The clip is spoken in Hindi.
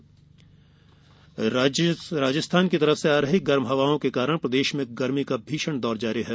मौसम राजस्थान की ओर से आ रही गर्म हवाओं के कारण प्रदेश में गर्मी का भीषण दौर जारी है